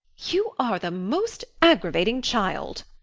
you are the most aggravating child!